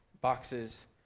boxes